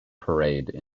parade